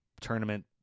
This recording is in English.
tournament